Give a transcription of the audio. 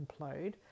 implode